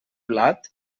blat